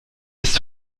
ist